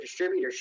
distributorship